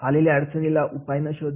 आलेल्या अडचणी ला उपाय न शोधणे